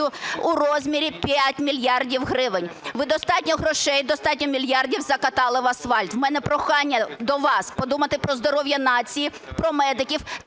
у розмірі 5 мільярдів гривень. Ви достатньо грошей, достатньо мільярдів закатали в асфальт. В мене прохання до вас подумати про здоров'я нації, про медиків